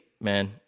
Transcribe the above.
man